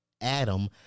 adam